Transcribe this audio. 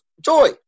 joy